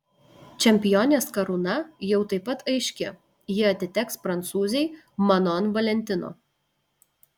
čempionės karūna jau taip pat aiški ji atiteks prancūzei manon valentino